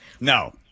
no